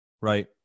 Right